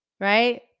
right